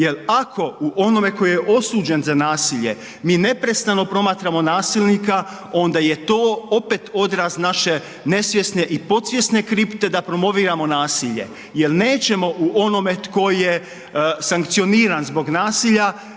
Jel ako u onome koji je osuđen za nasilje mi neprestano promatramo nasilnika onda je to opet odraz naše nesvjesne i podsvjesne kripte da promoviramo nasilje jel nećemo u onome tko je sankcioniran zbog nasilja,